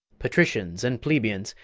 patricians and plebeians,